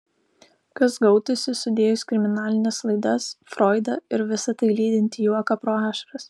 kas gautųsi sudėjus kriminalines laidas froidą ir visa tai lydintį juoką pro ašaras